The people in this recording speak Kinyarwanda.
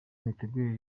imitegurire